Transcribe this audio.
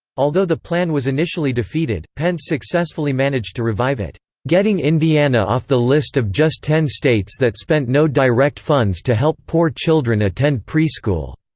although the plan was initially defeated, pence successfully managed to revive it, getting indiana off the list of just ten states that spent no direct funds to help poor children attend preschool.